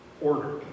order